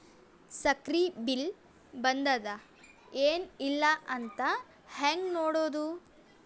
ಸಕ್ರಿ ಬಿಲ್ ಬಂದಾದ ಏನ್ ಇಲ್ಲ ಅಂತ ಹೆಂಗ್ ನೋಡುದು?